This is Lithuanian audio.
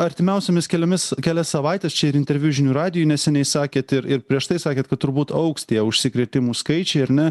artimiausiomis keliomis kelias savaites čia ir interviu žinių radijui neseniai sakėt ir ir prieš tai sakėt kad turbūt augs tie užsikrėtimų skaičiai ar ne